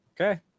Okay